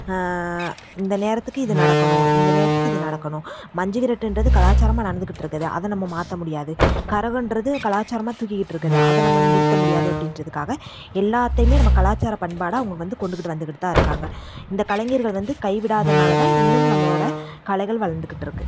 இந்த நேரத்துக்கு இது நடக்கணும் இந்த நேரத்துக்கு இது நடக்கணும் மஞ்சு விரட்டுன்றது கலாச்சாரமாக நடந்துக்கிட்டு இருக்குது அதை நம்ம மாற்ற முடியாது கரகன்றது கலாச்சாரமாக தூக்கிக்கிட்டு இருக்கிறது அதை நம்ம வந்து நிறுத்த முடியாது அப்படின்றதுக்காக எல்லாத்தையும் நம்ம கலாச்சார பண்பாடாக அவங்க வந்து கொண்டுக்கிட்டு வந்துக்கிட்டுதான் இருக்காங்க இந்த கலைஞர்கள் வந்து கைவிடாததினாலதான் இன்னும் நம்மளோட கலைகள் வளர்ந்துக்கிட்டு இருக்கு